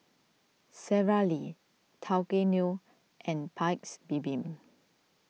Sara Lee Tao Kae Noi and Paik's Bibim